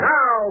Now